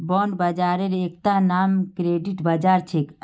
bond बाजारेर एकता नाम क्रेडिट बाजार छेक